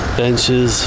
benches